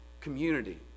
community